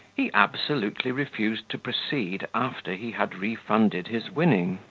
he absolutely refused to proceed after he had refunded his winning.